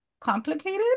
complicated